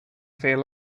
fair